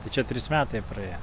tai čia trys metai praėję